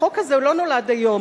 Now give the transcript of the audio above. החוק הזה לא נולד היום.